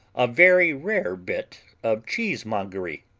a very rare bit of cheesemongery,